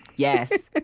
yes.